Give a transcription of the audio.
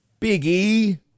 Biggie